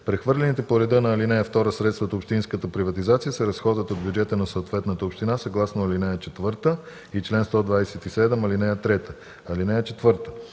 Прехвърлените по реда на ал. 2 средства от общинската приватизация се разходват от бюджета на съответната община съгласно ал. 4 и чл. 127, ал. 3.